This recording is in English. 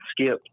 skip